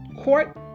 court